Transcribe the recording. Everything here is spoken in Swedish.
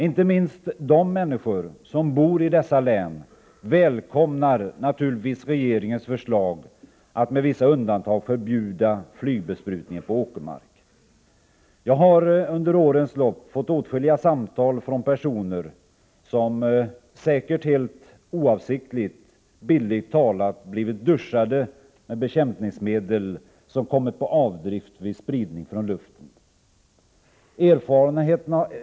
Inte minst de människor som bor i dessa län välkomnar naturligtvis regeringens förslag att med vissa undantag förbjuda flygbesprutningen på åkermark. Jag har under årens lopp fått åtskilliga samtal från personer som — säkert helt oavsiktligt — bildligt talat har blivit ”duschade” med bekämpningsmedel som kommit på avdrift vid spridning från luften.